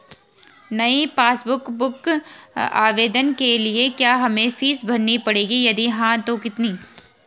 नयी passbook book आवेदन के लिए क्या हमें फीस भरनी पड़ेगी यदि हाँ तो कितनी?